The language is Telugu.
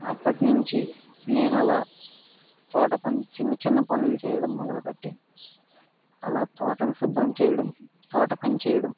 అప్పటి నుంచి నేను అలా తోట పని చిన్న చిన్న పనులు చేయడం మొదలుపెట్టి అలా తోటను శుభ్రం చేయడం తోట పని చేయడం